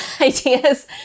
ideas